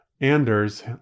Anders